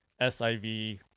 SIV